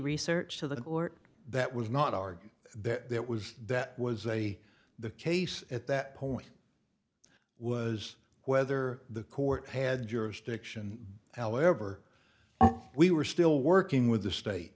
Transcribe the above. research to the court that was not argued that that was that was a the case at that point was whether the court had jurisdiction however we were still working with the state